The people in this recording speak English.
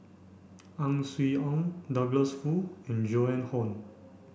Ang Swee Aun Douglas Foo and Joan Hon